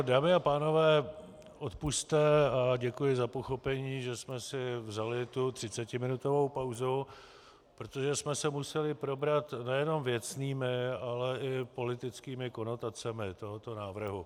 Dámy a pánové, odpusťte a děkuji za pochopení, že jsme si vzali tu třicetiminutovou pauzu, protože jsme se museli probrat nejenom věcnými, ale i politickými konotacemi tohoto návrhu.